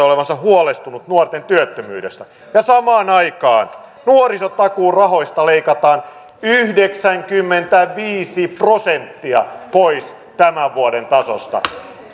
olevansa huolestunut nuorten työttömyydestä ja samaan aikaan nuorisotakuurahoista leikataan yhdeksänkymmentäviisi prosenttia pois tämän vuoden tasosta